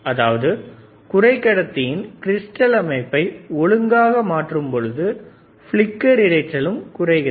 அதாவது குறைக்கடத்தி கிறிஸ்டல் அமைப்பை ஒழுங்காக மாற்றும் பொழுது பிளிக்கர் இரைச்சலும் குறைகிறது